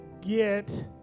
get